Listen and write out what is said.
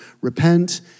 repent